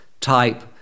type